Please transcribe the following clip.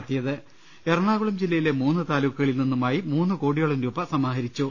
്യ ലലലലലലലലലലലല എറണാകുളം ജില്ലയിലെ മൂന്ന് താലൂക്കുകളിൽ നിന്നുമായി മൂന്നു കോടിയോളം രൂപ സമാഹരിച്ചു